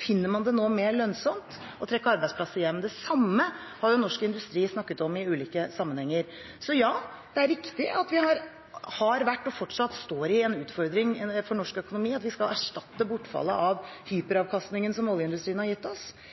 finner man det nå mer lønnsomt å trekke arbeidsplasser hjem. Det samme har Norsk Industri snakket om i ulike sammenhenger. Så ja, det er riktig at vi har stått og fortsatt står i en utfordring for norsk økonomi, at vi skal erstatte bortfallet av hyperavkastningen som oljeindustrien har gitt oss,